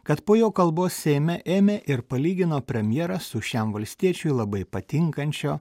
kad po jo kalbos seime ėmė ir palygino premjerą su šiam valstiečiui labai patinkančio